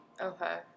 Okay